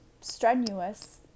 strenuous